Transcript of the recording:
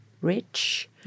rich